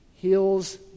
heals